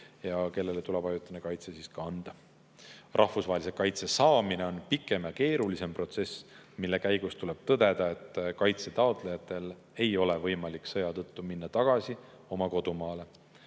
ja kellele tuleb ajutine kaitse kanda. Rahvusvahelise kaitse saamine on pikem ja keerulisem protsess, mille käigus tuleb tõdeda, et kaitse taotlejatel ei ole võimalik sõja tõttu minna tagasi oma kodumaale.